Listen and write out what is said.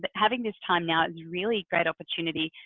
but having this time now it's really great opportunity.